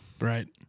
Right